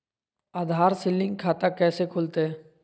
आधार से लिंक खाता कैसे खुलते?